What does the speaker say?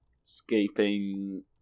escaping